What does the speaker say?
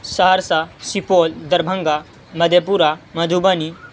Saharsa Supaul Darbhanga Madhepura Madhubani